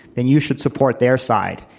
then you should support their side.